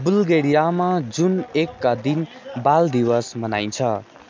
बुल्गेरियामा जुन एकका दिन बाल दिवस मनाइन्छ